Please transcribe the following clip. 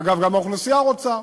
אגב, גם האוכלוסייה רוצה,